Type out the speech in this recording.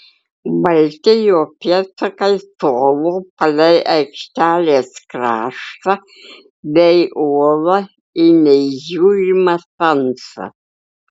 balti jo pėdsakai tolo palei aikštelės kraštą bei uolą į neįžiūrimą tamsą